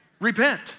Repent